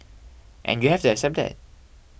and you have to accept that